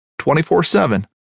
24-7